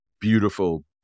beautiful